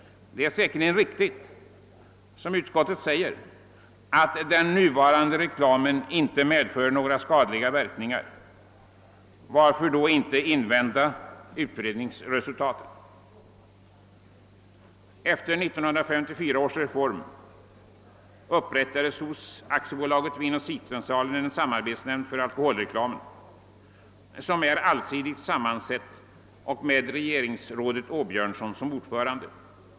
Det är säkerligen riktigt att — som utskottet säger — den nuvarande reklamen inte medför några skadliga verkningar. Varför då inte invänta utredningsresultatet? Efter 1954 års reform upprättades hos AB Vinoch spritcentralen en allsidigt sammansatt samarbetsnämnd för alkoholreklamen med regeringsrådet Åbjörnsson som ordförande.